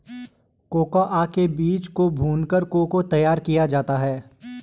cocoa के बीज को भूनकर को को तैयार किया जाता है